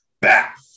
back